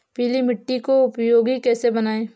पीली मिट्टी को उपयोगी कैसे बनाएँ?